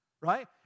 right